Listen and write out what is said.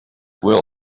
will